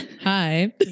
hi